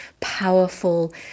powerful